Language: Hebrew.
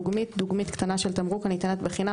"דוגמית" דוגמה קטנה של תמרוק הניתנת בחינם